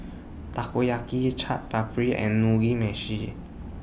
Takoyaki Chaat Papri and Mugi Meshi